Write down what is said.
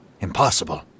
Impossible